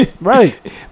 right